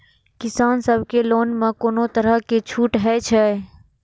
किसान सब के लोन में कोनो तरह के छूट हे छे?